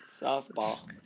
Softball